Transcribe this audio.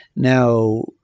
now,